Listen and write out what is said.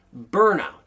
burnout